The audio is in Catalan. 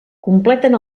completen